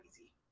easy